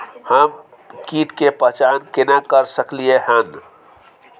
हम कीट के पहचान केना कर सकलियै हन?